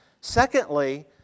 Secondly